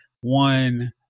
one